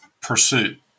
pursuit